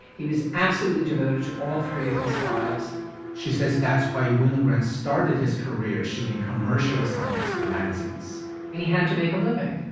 he was absolutely devoted to all three of his wives she says that's why winogrand started his career shooting commercial assignments for magazines and he had to make a living.